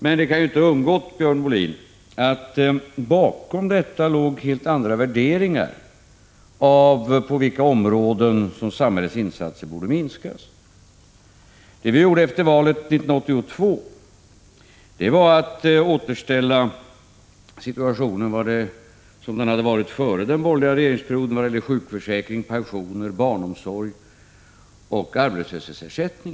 Men det kan ju inte ha undgått Björn Molin att bakom detta låg helt andra värderingar av på vilka områden som samhällets insatser borde minskas. Det vi gjorde efter valet 1982 var att återställa situationen som den hade varit före den borgerliga regeringsperioden när det gällde sjukförsäkring, pensioner, barnomsorg och arbetslöshetsersättning.